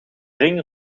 ring